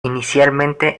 inicialmente